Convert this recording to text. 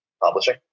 publishing